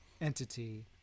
entity